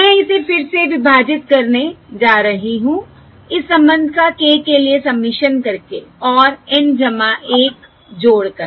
मैं इसे फिर से विभाजित करने जा रही हूँ इस संबंध का k के लिए सबमिशन करके और N 1 जोड़कर